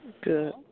Good